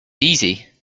easy